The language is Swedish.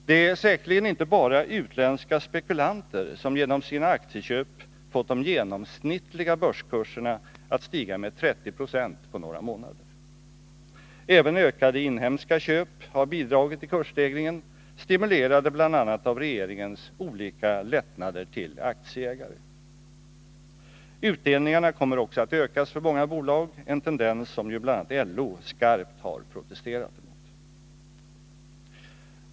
Det är säkerligen inte bara utländska spekulanter som genom sina aktieköp fått de genomsnittliga börskurserna att stiga med 30 26 på några månader. Även ökade inhemska köp har bidragit till kursstegringen, stimulerade bl.a. av regeringens olika lättnader till aktieägare. Utdelningarna kommer också att ökas för många bolag — en tendens som ju bl.a. LO skarpt protesterat mot.